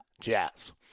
Jazz